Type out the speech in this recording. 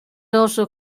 also